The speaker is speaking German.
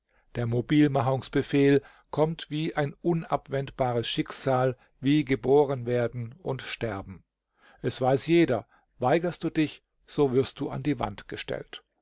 der mobilmachungsbefehl kommt wie ein unabwendbares schicksal wie geborenwerden und sterben es weiß jeder weigerst du dich so wirst du an die wand gestellt